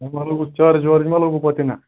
تۅہہِ ما لوٚگوٕ چارٕج وارٕج ما لوٚگوٕ پَتہٕ نا